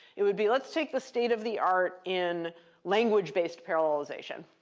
it would be, let's take the state of the art in language-based parallelization.